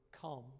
come